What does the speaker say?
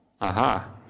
aha